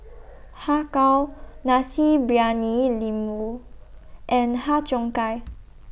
Har Kow Nasi Briyani Lembu and Har Cheong Gai